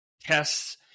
tests